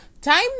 time